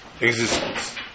existence